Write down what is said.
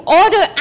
order